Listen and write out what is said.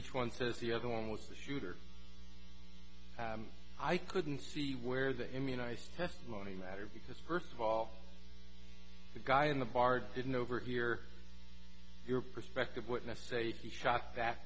each one says the other one was the shooter i couldn't see where the immunized testimony mattered because first of all the guy in the bar didn't overhear your prospective witness safety shocked that